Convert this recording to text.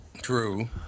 True